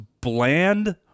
bland